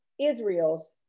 Israel's